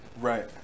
Right